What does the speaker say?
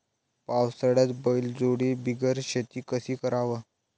पावसाळ्यात बैलजोडी बिगर शेती कशी कराव?